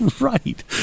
right